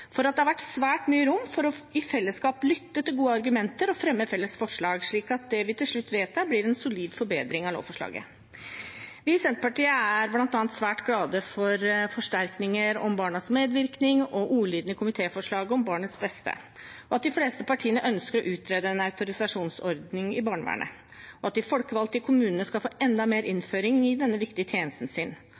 for at det har vært svært mye rom for i fellesskap å lytte til gode argumenter og fremme felles forslag, slik at det vi til slutt vedtar, blir en solid forbedring av lovforslaget. Vi i Senterpartiet er bl.a. svært glad for forsterkninger om barnas medvirkning og ordlyden i komitéforslaget om barnets beste, at de fleste partiene ønsker å utrede en autorisasjonsordning i barnevernet, at de folkevalgte i kommunene skal få enda mer innføring i denne viktige tjenesten sin,